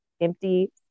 empty